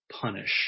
punish